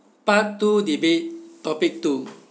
part two debate topic two